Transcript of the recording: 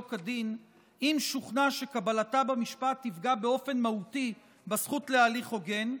כדין אם שוכנע שקבלתה במשפט תפגע באופן מהותי בזכות להליך הוגן,